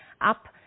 up